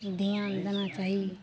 धिआन देना चाही